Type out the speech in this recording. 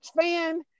fan